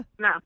No